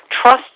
trust